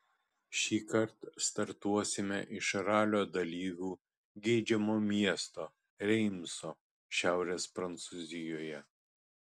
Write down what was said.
šįkart startuosime iš ralio dalyvių geidžiamo miesto reimso šiaurės prancūzijoje